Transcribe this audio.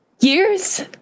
Years